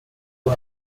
der